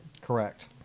Correct